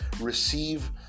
receive